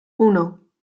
uno